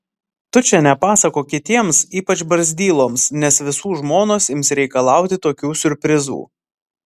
tu čia nepasakok kitiems ypač barzdyloms nes visų žmonos ims reikalauti tokių siurprizų